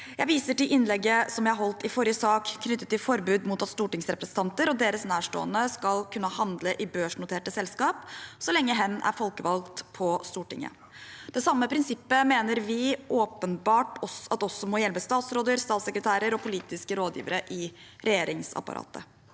Jeg viser til innlegget som jeg holdt i forrige sak, knyttet til forbud mot at stortingsrepresentanter og deres nærstående skal kunne handle i børsnoterte selskap så lenge hen er folkevalgt på Stortinget. Det samme prinsippet mener vi åpenbart at også må gjelde statsråder, statssekretærer og politiske rådgivere i regjeringsapparatet.